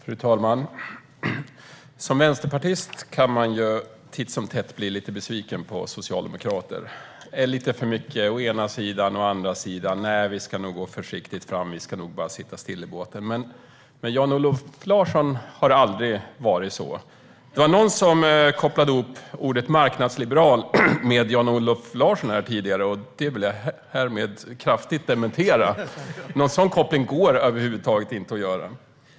Fru talman! Som vänsterpartist kan man titt som tätt bli besviken på socialdemokrater. Det är lite för mycket "å ena sidan" och "å andra sidan" eller "nej, vi ska nog gå försiktigt fram och bara sitta stilla i båten". Men med Jan-Olof Larsson har det aldrig varit så. Någon kopplade tidigare ihop ordet "marknadsliberal" med Jan-Olof Larsson. Detta vill jag härmed kraftigt dementera. Någon sådan koppling går över huvud taget inte att göra.